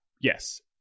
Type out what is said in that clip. Yes